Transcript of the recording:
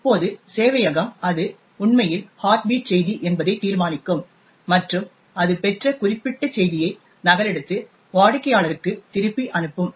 இப்போது சேவையகம் அது உண்மையில் ஹார்ட் பீட் செய்தி என்பதை தீர்மானிக்கும் மற்றும் அது பெற்ற குறிப்பிட்ட செய்தியை நகலெடுத்து வாடிக்கையாளருக்கு திருப்பி அனுப்பும்